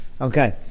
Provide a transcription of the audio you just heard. Okay